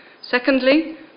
Secondly